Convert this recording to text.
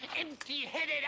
empty-headed